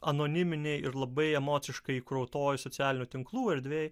anoniminėj ir labai emociškai įkrautoj socialinių tinklų erdvėj